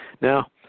Now